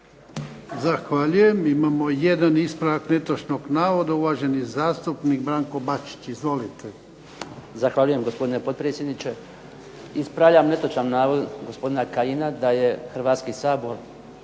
Ivan (HDZ)** Imamo jedan ispravak netočnog navoda, uvaženi zastupnik Branko Bačić. Izvolite. **Bačić, Branko (HDZ)** Zahvaljujem gospodine potpredsjedniče. Ispravljam navod gospodina Kajina da je Hrvatski sabor